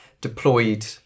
deployed